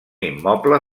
immoble